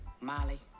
Molly